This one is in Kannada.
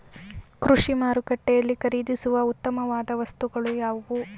ಕೃಷಿ ಮಾರುಕಟ್ಟೆಯಲ್ಲಿ ಖರೀದಿಸುವ ಉತ್ತಮವಾದ ವಸ್ತುಗಳು ಯಾವುವು?